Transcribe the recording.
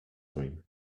cream